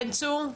בן צור?